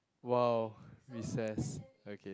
!wow! recess okay